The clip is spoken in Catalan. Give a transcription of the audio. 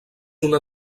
una